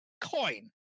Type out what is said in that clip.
coin